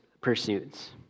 pursuits